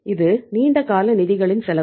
இது நீண்ட கால நிதிகளின் செலவு